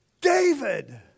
David